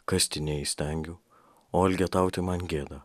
kasti neįstengiu o elgetauti man gėda